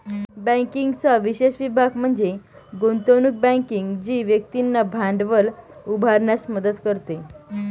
बँकिंगचा विशेष विभाग म्हणजे गुंतवणूक बँकिंग जी व्यक्तींना भांडवल उभारण्यास मदत करते